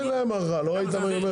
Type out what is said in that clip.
משמעותית?